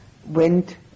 went